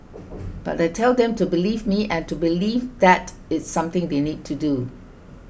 but I tell them to believe me and to believe that it's something they need to do